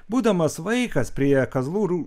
būdamas vaikas prie kazlų